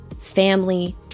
family